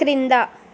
క్రింద